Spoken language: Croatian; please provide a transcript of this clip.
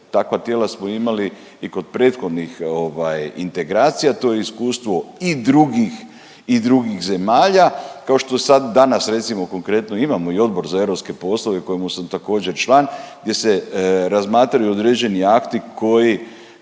Takva tijela smo imali i kod prethodnih integracija, to je iskustvo i drugih zemalja kao što sad, danas recimo konkretno imamo i Odbor za europske poslove kojemu sam također član, gdje se razmatraju određeni akti koji